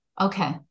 okay